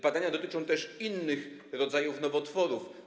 Badania dotyczą też innych rodzajów nowotworów.